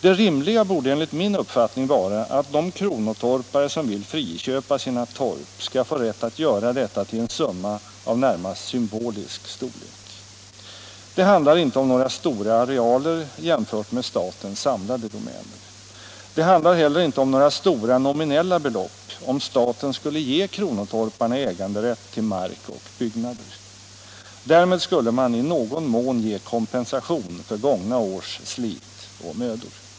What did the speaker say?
Det rimliga borde enligt min uppfattning vara att de kronotorpare som vill friköpa sina torp skall få rätt att göra detta till en summa av närmast symbolisk storlek. Det handlar inte om några stora arealer jämfört med statens samlade domäner. Det handlar heller inte om några stora nominella belopp, om staten skulle ge kronotorparna äganderätt till mark och byggnader. Därmed skulle man i någon mån ge kompensation för gångna års slit och mödor.